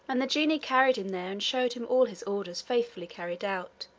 and the genie carried him there and showed him all his orders faithfully carried out,